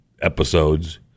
episodes